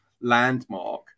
landmark